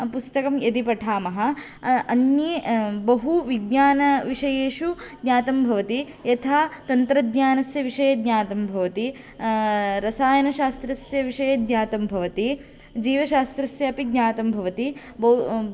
पुस्तकं यदि पठामः अन्ये बहु विज्ञानविषयेषु ज्ञातं भवति यथा तन्त्रज्ञानस्य विषये ज्ञातं भवति रसायनशास्त्रस्य विषये ज्ञातं भवति जीवशास्त्रस्यापि ज्ञातं भवति बो